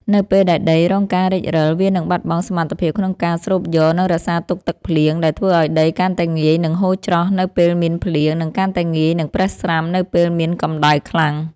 នៅពេលដែលដីរងការរិចរឹល វានឹងបាត់បង់សមត្ថភាពក្នុងការស្រូបយក និងរក្សាទុកទឹកភ្លៀង ដែលធ្វើឱ្យដីកាន់តែងាយនឹងហូរច្រោះនៅពេលមានភ្លៀង និងកាន់តែងាយនឹងប្រេះស្រាំនៅពេលមានកម្តៅខ្លាំង។